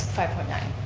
five point nine.